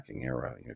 era